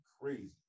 crazy